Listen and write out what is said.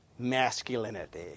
masculinity